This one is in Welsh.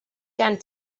gen